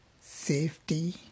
safety